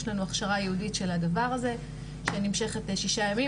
יש לנו הכשרה ייעודית של הדבר הזה שנמשכת ששה ימים,